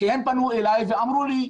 הם פנו אליי ואמרו לי,